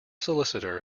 solicitor